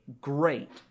great